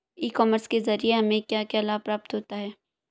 ई commerce के ज़रिए हमें क्या क्या लाभ प्राप्त होता है?